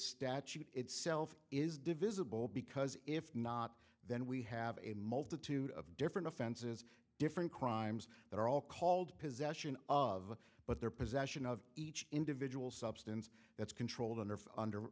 statute itself is divisible because if not then we have a multitude of different offenses different crimes that are all called possession of but their possession of each individual substance that's controlled under under